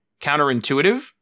counterintuitive